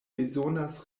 bezonas